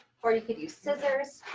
or you could use scissors.